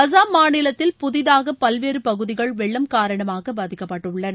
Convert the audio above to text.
அசாம் மாநிலத்தின் புதிதாக பல்வேறு பகுதிகள் வெள்ளம் காரணமாக பாதிக்கப்பட்டுள்ளன